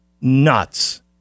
nuts